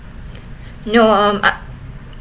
no um I